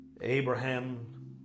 Abraham